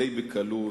די בקלות,